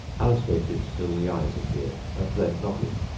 alice waited till the eyes appeared, and then nodded.